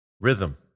Rhythm